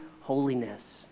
holiness